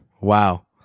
wow